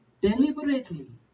deliberately